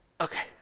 Okay